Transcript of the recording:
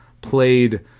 played